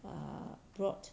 err brought